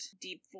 deep